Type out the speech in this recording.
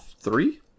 three